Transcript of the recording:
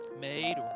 made